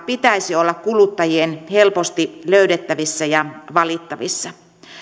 pitäisi olla kuluttajien helposti löydettävissä ja valittavissa